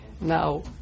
now